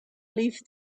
leafed